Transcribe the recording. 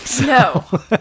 No